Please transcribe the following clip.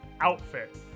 outfit